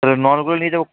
তাহলে নলগুলো নিয়ে যাব